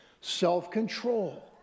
self-control